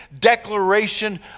declaration